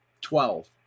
Twelve